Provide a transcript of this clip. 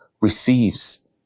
receives